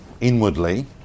inwardly